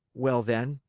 well, then,